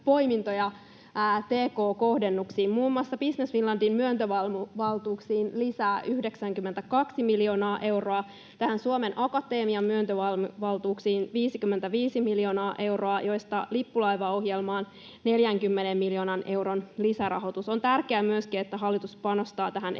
tk-kohdennuksiin: muun muassa Business Finlandin myöntövaltuuksiin lisää 92 miljoonaa euroa, Suomen Akatemian myöntövaltuuksiin 55 miljoonaa euroa, joista lippulaivaohjelmaan 40 miljoonan euron lisärahoitus. On tärkeää myöskin, että hallitus panostaa tähän